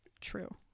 True